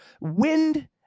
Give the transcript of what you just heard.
Wind